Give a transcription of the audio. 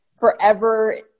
forever